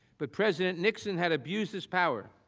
but present nixon had abused his power.